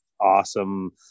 awesome